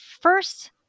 first